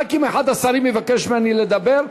רק אם אחד השרים יבקש ממני לדבר,